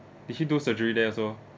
did he do surgery there also